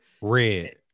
red